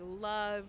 love